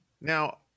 Now